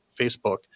Facebook